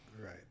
right